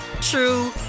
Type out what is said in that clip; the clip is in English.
true